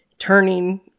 turning